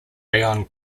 rayon